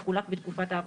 מחולק בתקופת העבודה,